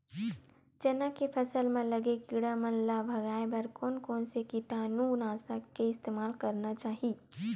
चना के फसल म लगे किड़ा मन ला भगाये बर कोन कोन से कीटानु नाशक के इस्तेमाल करना चाहि?